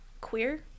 queer